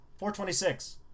426